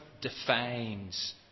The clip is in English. defines